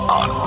on